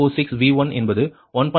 3846 V1 என்பது 1